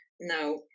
Now